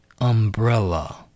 umbrella